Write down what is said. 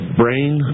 brain